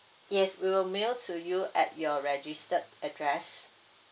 yes we will mail to you at your registered address